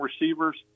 receivers